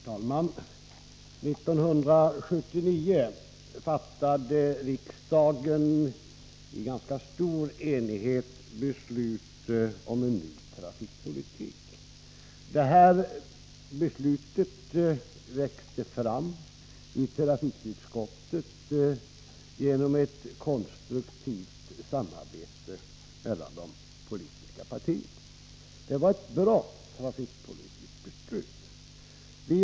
Herr talman! 1979 fattade riksdagen i ganska stor enighet beslut om en ny trafikpolitik. Detta beslut växte fram i trafikutskottet genom ett konstruktivt samarbete mellan de politiska partierna. Det var ett bra trafikpolitiskt beslut.